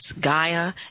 Gaia